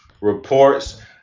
reports